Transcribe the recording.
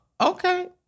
Okay